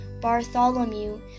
Bartholomew